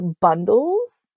bundles